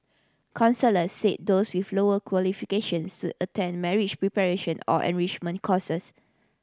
counsellors said those with lower qualifications should attend marriage preparation or enrichment courses